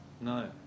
No